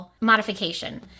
modification